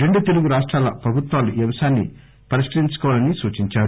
రెండు తెలుగు రాష్టాల ప్రభుత్వాలు ఈ అంశాన్సి పరిష్కరించుకోవాలని సూచించారు